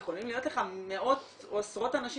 יכולים להיות לך מאות או עשרות אנשים